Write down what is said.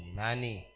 nani